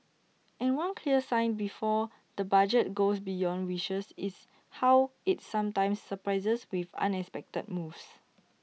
and one clear sign before the budget goes beyond wishes is how IT sometimes surprises with unexpected moves